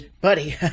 buddy